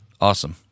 Awesome